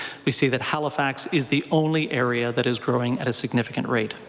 we see that halifax is the only area that is growing at a significant rate.